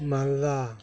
ᱢᱟᱞᱫᱟ